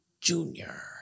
Junior